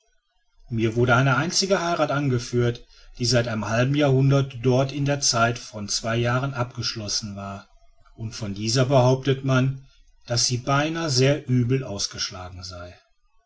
mir wurde eine einzige heirat angeführt die seit einem halben jahrhundert dort in zeit von zwei jahren abgeschlossen war und von dieser behauptete man daß sie beinahe sehr übel ausgeschlagen sei